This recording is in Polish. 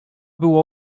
było